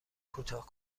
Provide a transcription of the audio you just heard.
کوتاه